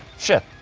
shit.